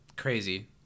crazy